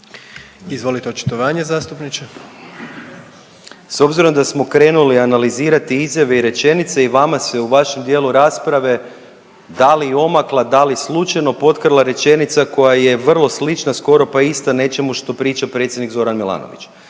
Izvolite očitovanje zastupniče. **Jakšić, Mišel (SDP)** S obzirom da smo krenuli analizirati izjave i rečenice i vama se u vašem dijelu rasprave da li omakla, da li slučajno potkrala rečenica koja je vrlo slična, skoro pa ista nečemu što priča predsjednik Zoran Milanović,